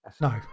No